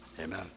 amen